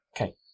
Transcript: Okay